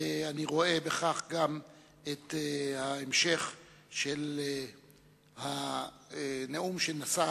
ואני רואה בכך גם את ההמשך של הנאום שנשא